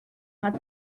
had